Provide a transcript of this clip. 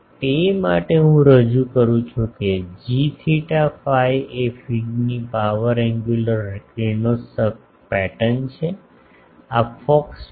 તેથી તે માટે હું રજૂ કરુંછું કે જી થેટા ફાઈ એ ફીડની પાવર એન્ગ્યુલર કિરણોત્સર્ગ પેટર્ન છે આ ફોકસ પર